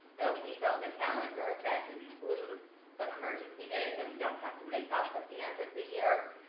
so we build a calendar that includes some emergency days that we don't have to make up at the end of the year.